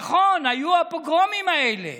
נכון, היו הפוגרומים האלה,